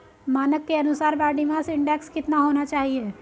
मानक के अनुसार बॉडी मास इंडेक्स कितना होना चाहिए?